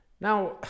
Now